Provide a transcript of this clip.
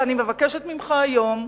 ואני מבקשת ממך היום: